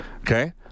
Okay